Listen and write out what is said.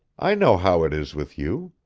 i know how it is with you.